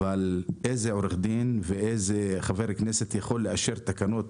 אבל איזה עורך דין ואיזה חבר כנסת יכול לאשר תקנות,